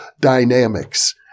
Dynamics